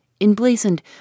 emblazoned